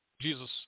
Jesus